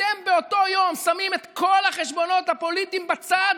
אתם באותו היום שמים את כל החשבונות הפוליטיים בצד